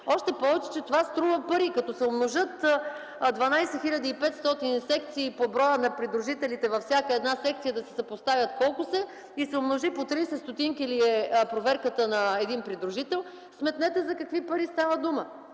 Още повече, че това струва пари. Като се умножат 12 хил. 500 секции по броя на придружителите във всяка една секция, за да се съпоставят колко са, и се умножи по 30 ст. – колкото струва проверката на един придружител, сметнете за какви пари става дума.